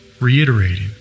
reiterating